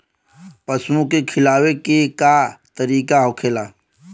पशुओं के खिलावे के का तरीका होखेला?